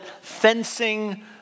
fencing